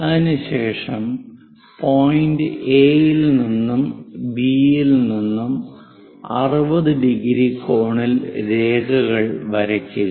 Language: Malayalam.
അതിനുശേഷം പോയിന്റ് എ യിൽ നിന്നും ബി യിൽ നിന്നും 60⁰ കോണിൽ രേഖകൾ വരയ്ക്കുക